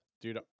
Dude